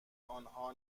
آنها